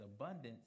abundance